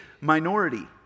minority